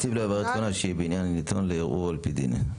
(ד)הנציב לא יברר תלונה שהיא בעניין הניתן לערעור על פי דין."